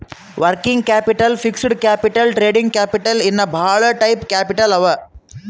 working capital, fixed capital, trading capital ಇನ್ನಾ ಭಾಳ type capital ಅವಾ